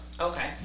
Okay